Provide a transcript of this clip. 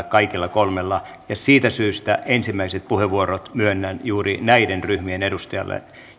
kaikilla kolmella siitä syystä ensimmäiset puheenvuorot myönnän juuri näiden ryhmien edustajille